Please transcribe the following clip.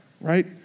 right